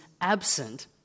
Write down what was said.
absent